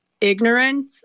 ignorance